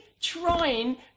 trying